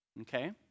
Okay